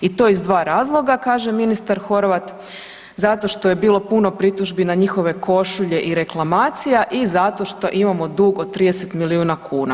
I to iz dva razloga kaže ministar Horvat, zato što je bilo puno prituži na njihove košulje i reklamacija i zato što imamo dug od 30 milijuna kuna.